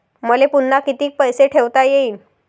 मले पुन्हा कितीक पैसे ठेवता येईन?